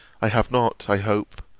i have not, i hope,